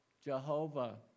Jehovah